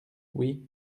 oui